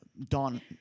Don